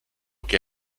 che